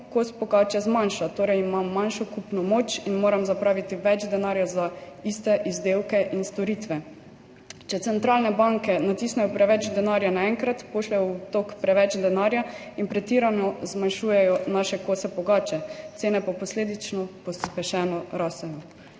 kos pogače zmanjša, torej imam manjšo kupno moč in moram zapraviti več denarja za iste izdelke in storitve. Če centralne banke natisnejo preveč denarja naenkrat, pošljejo v obtok preveč denarja in pretirano zmanjšujejo naše kose pogače, cene pa posledično pospešeno rastejo.